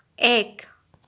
এক